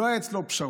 לא היו אצלו פשרות.